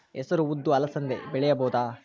ಹೆಸರು ಉದ್ದು ಅಲಸಂದೆ ಬೆಳೆಯಬಹುದಾ?